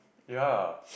ya